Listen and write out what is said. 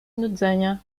nudzenia